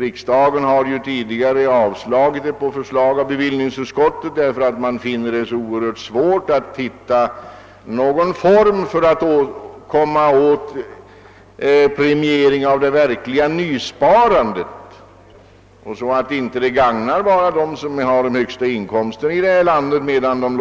Riksdagen har tidigare avslagit sådana yrkanden på förslag av bevillningsutskottet, därför att man finner det så svårt att finna någon form för att åstadkomma premiering av det verkliga nysparandet och att inte premieringen gagnar dem som har de högsta inkomsterna i detta land, medan